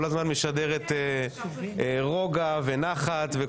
כל הזמן משדרת רוגע ונחת.